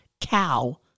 cow